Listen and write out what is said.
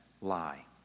lie